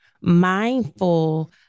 mindful